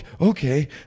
okay